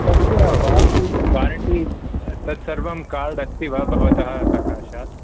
तस्य warranty warranty तत् सर्वं कार्ड् अस्ति वा भवत सकाशात्